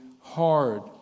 hard